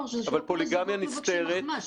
נסתרת?